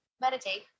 meditate